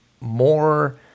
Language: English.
More